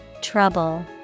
Trouble